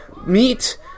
meet